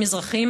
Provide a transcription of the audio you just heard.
מזרחים,